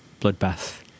bloodbath